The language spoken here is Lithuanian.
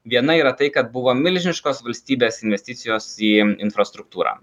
viena yra tai kad buvo milžiniškos valstybės investicijos į infrastruktūrą